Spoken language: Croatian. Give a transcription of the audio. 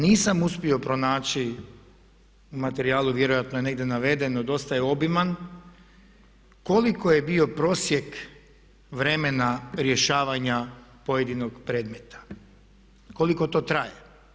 Nisam uspio pronaći u materijalu, vjerojatno je negdje navedeno, dosta je obiman koliko je bio prosjek vremena rješavanja pojedinog predmeta, koliko to traje.